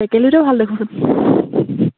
টেকেলিটোৱেই ভাল দেখোন